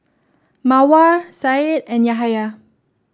Mawar Syed and Yahaya